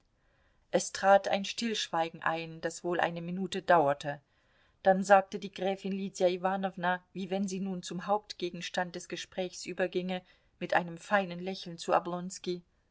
es trat ein stillschweigen ein das wohl eine minute dauerte dann sagte die gräfin lydia iwanowna wie wenn sie nun zum hauptgegenstand des gesprächs überginge mit einem feinen lächeln zu